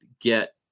get